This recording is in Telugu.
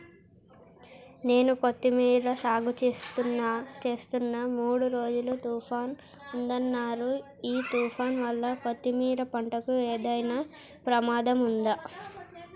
నేను కొత్తిమీర సాగుచేస్తున్న మూడు రోజులు తుఫాన్ ఉందన్నరు ఈ తుఫాన్ వల్ల కొత్తిమీర పంటకు ఏమైనా ప్రమాదం ఉందా?